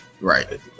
right